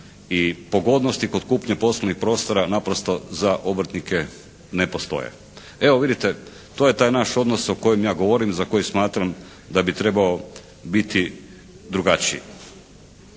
i pogodnosti kod kupnje poslovnih prostora naprosto za obrtnike ne postoje. Evo vidite to je taj naš odnos o kojem ja govorim, za koji smatram da bi trebao biti drugačiji.